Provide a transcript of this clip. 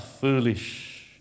foolish